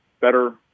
better